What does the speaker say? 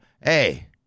Hey